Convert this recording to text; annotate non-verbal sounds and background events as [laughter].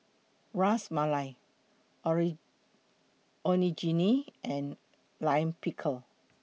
Ras Malai [unintelligible] Onigiri and Lime Pickle